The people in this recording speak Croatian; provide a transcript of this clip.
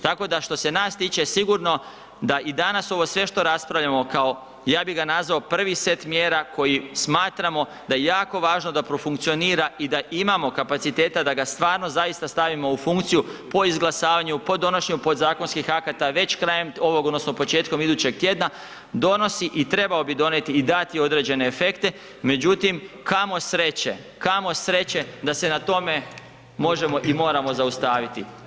Tako da što se nas tiče sigurno da i danas ovo sve što raspravljamo kao, ja bi ga nazvao prvi set mjera, koji smatramo da je jako važno da profunkcionira i da imamo kapaciteta da ga stvarno zaista stavimo u funkciju po izglasavanju, po donošenju podzakonskih akata već krajem ovog odnosno početkom idućeg tjedna, donosi i trebao bi donijeti i dati određene efekte, međutim kamo sreće, kamo sreće da se na tome možemo i moramo zaustaviti.